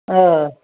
آ